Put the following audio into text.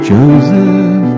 Joseph